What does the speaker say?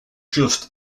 just